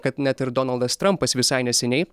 kad net ir donaldas trampas visai neseniai